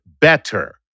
better